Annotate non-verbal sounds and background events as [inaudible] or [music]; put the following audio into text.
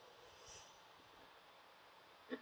[breath] mm